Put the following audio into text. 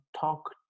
talk